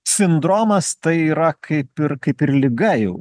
sindromas tai yra kaip ir kaip ir liga jau